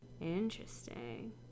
interesting